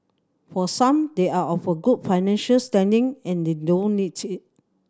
for some they are of a good financial standing and they don't need it